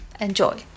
enjoy